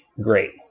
great